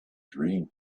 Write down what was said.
dream